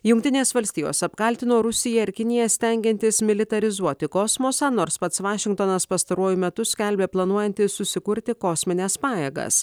jungtinės valstijos apkaltino rusiją ir kiniją stengiantis militarizuoti kosmosą nors pats vašingtonas pastaruoju metu skelbė planuojantis susikurti kosmines pajėgas